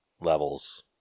levels